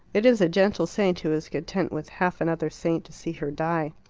it is a gentle saint who is content with half another saint to see her die.